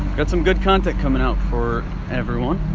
got some good content coming out for everyone.